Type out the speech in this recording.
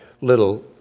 little